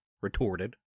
retorted